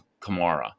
Kamara